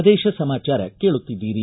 ಪ್ರದೇಶ ಸಮಾಚಾರ ಕೇಳುತ್ತಿದ್ದೀರಿ